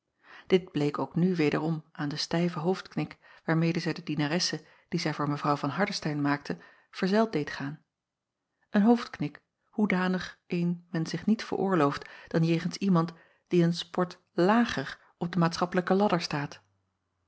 it bleek ook nu wederom aan den stijven hoofdknik waarmede zij de dienaresse die zij voor w van ardestein maakte verzeld deed gaan een hoofdknik hoedanig een men zich niet veroorlooft dan jegens iemand die een sport lager op den maatschappelijken ladder staat